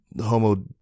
Homo